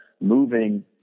moving